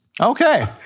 Okay